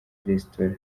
n’amaresitora